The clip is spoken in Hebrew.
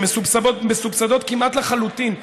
שמסובסדות כמעט לחלוטין.